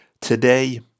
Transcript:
Today